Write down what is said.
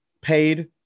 paid